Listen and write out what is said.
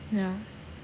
ya